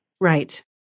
Right